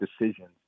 decisions